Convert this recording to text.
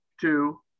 two